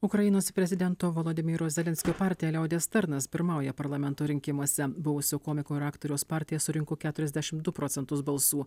ukrainos prezidento volodymyro zelenskio partija liaudies tarnas pirmauja parlamento rinkimuose buvusio komiko ir aktoriaus partija surinko keturiasdešim du procentus balsų